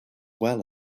well